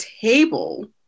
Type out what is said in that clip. table